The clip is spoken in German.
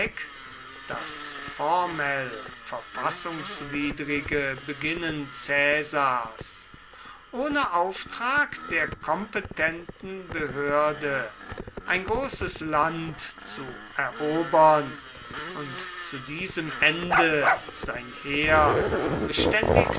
das formell verfassungswidrige beginnen caesars ohne auftrag der kompetenten behörde ein großes land zu erobern und zu diesem ende sein heer beständig